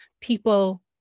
people